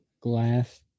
glass